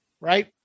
right